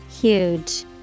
Huge